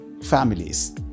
families